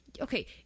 okay